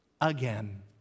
Again